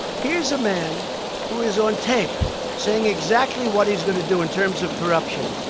here's a man who is on tape saying exactly what he's going to do in terms of corruption,